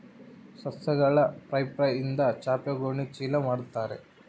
ಸಸ್ಯಗಳ ಫೈಬರ್ಯಿಂದ ಚಾಪೆ ಗೋಣಿ ಚೀಲ ಮಾಡುತ್ತಾರೆ